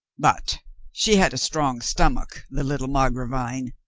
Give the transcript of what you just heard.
but she had a strong stomach, the little margravine,